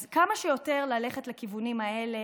אז כמה שיותר ללכת לכיוונים האלה,